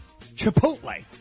Chipotle